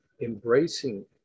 embracing